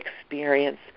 experience